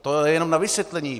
To jenom na vysvětlení.